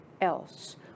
else